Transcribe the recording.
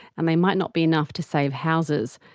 and they might not be enough to save houses.